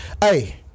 hey